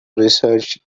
research